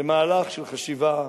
למהלך של חשיבה,